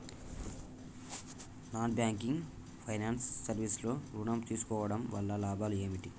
Non banking finance service లో ఋణం తీసుకోవడం వల్ల లాభాలు ఏమిటి?